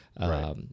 Right